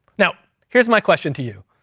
now here's my question to you.